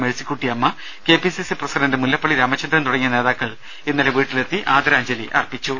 Mercykuttyamma K P C C president Mullappally Ramachandran തുടങ്ങിയ നേതാക്കൾ ഇന്നലെ വീട്ടിലെത്തി ആദരാഞ്ജലി അർപ്പിച്ചു